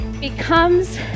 becomes